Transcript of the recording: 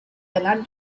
ganar